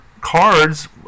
cards